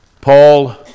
Paul